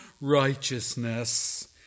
righteousness